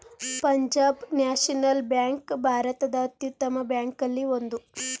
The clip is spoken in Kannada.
ಪಂಜಾಬ್ ನ್ಯಾಷನಲ್ ಬ್ಯಾಂಕ್ ಭಾರತದ ಅತ್ಯುತ್ತಮ ಬ್ಯಾಂಕಲ್ಲಿ ಒಂದು